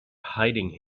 hiding